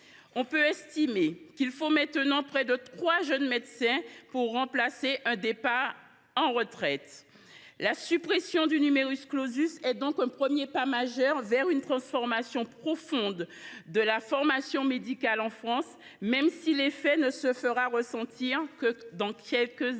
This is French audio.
On peut estimer qu’il faut maintenant près de trois jeunes médecins pour remplacer un départ à la retraite. La suppression du est donc un premier pas majeur vers une transformation profonde de la formation médicale en France, même si son effet ne se fera ressentir que dans quelques années.